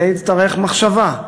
זה יצריך מחשבה.